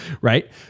Right